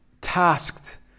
tasked